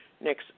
next